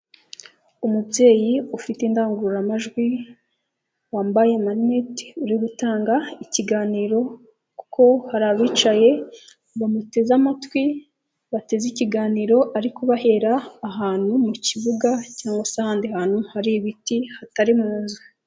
Umubyeyi ufite indangururamajwi, wambaye amarineti, uri gutanga ikiganiro kuko hari abicaye bamuteze amatwi, bateze ikiganiro ari kubahera ahantu mu kibuga cyangwa se ahandi hantu hari ibiti, hatari mu nzu.